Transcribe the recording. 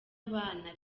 abana